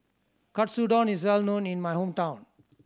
katsudon is well known in my hometown